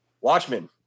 Watchmen